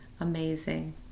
amazing